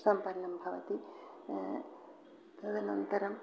सम्पन्नं भवति तदनन्तरं